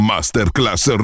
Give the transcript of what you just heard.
Masterclass